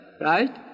right